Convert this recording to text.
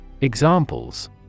Examples